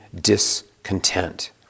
discontent